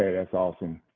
ah that's awesome.